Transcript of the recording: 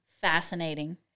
Fascinating